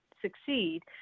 succeed